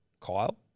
Kyle